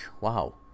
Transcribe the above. wow